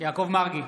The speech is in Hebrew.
יעקב מרגי,